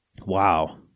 Wow